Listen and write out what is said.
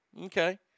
Okay